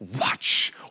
watch